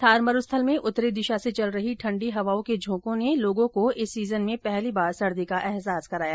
थार मरुस्थल में उत्तरी दिशा से चल रही ठण्डी हवा के झौंकों ने लोगों को इस सीजन में पहली बार सर्दी का अहसास कराया